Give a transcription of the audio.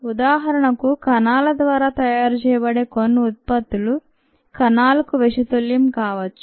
ఉదాహరణకు కణాల ద్వారా తయారు చేయబడే కొన్ని ఉత్పత్తులు కణాలకు విషతుల్యం కావచ్చు